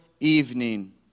Evening